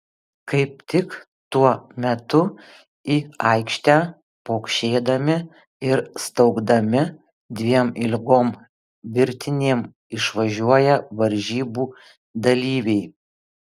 kaip tik tuo metu į aikštę pokšėdami ir staugdami dviem ilgom virtinėm išvažiuoja varžybų dalyviai